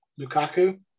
Lukaku